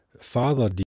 Father